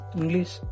English